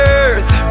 earth